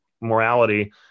morality